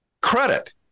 credit